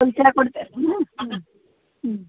ಕುಲ್ಚಾ ಕೊಡ್ತೀರೇನು ಹ್ಞೂ ಹ್ಞೂ